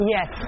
Yes